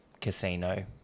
casino